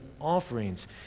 offerings